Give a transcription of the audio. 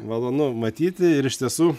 malonu matyti ir iš tiesų